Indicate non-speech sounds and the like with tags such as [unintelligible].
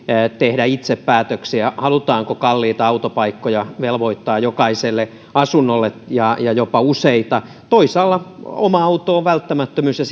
tehdä itse päätöksiä halutaanko kalliita autopaikkoja velvoittaa jokaiselle asunnolle ja ja jopa useita toisaalla oma auto on välttämättömyys ja [unintelligible]